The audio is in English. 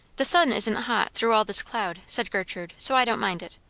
the sun isn't hot, through all this cloud, said gertrude, so i don't mind it.